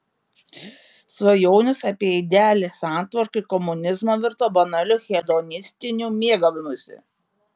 svajonės apie idealią santvarką ir komunizmą virto banaliu hedonistiniu mėgavimusi